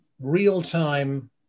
real-time